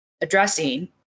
addressing